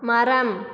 மரம்